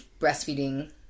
breastfeeding